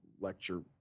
lecture